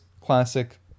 classic